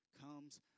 comes